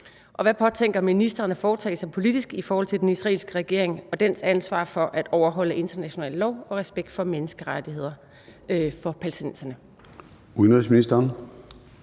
og hvad påtænker ministeren at foretage sig politisk i forhold til den israelske regering og dens ansvar for at overholde international lov og respekt for palæstinensernes basale